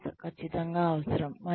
ఇది ఖచ్చితంగా అవసరం